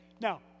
Now